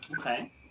Okay